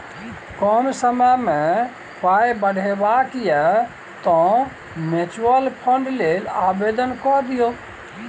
कम समयमे पाय बढ़ेबाक यै तँ म्यूचुअल फंड लेल आवेदन कए दियौ